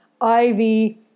Ivy